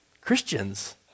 Christians